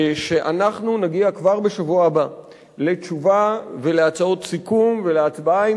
שאנחנו נגיע כבר בשבוע הבא לתשובה ולהצעות סיכום ולהצבעה,